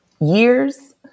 years